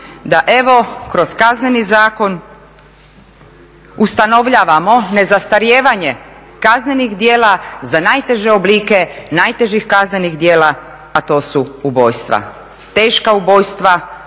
da evo kroz Kazneni zakon ustanovljavamo nezastarijevanje kaznenih djela za najteže oblike najtežih kaznenih djela, a to su ubojstva. Teška ubojstva